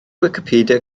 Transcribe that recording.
wicipedia